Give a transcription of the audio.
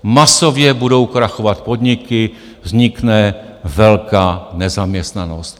Masově budou krachovat podniky, vznikne velká nezaměstnanost.